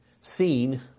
seen